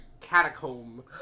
catacomb